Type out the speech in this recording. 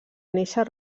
néixer